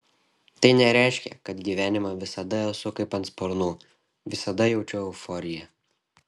tai nereiškia kad gyvenime visada esu kaip ant sparnų visada jaučiu euforiją